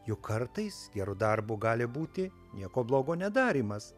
juk kartais geru darbu gali būti nieko blogo nedarymas